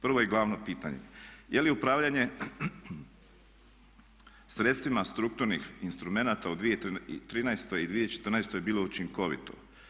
Prvo i glavno pitanje, je li upravljanje sredstvima strukturnih instrumenata u 2013.i 2014.bilo učinkovito?